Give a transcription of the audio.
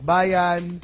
Bayan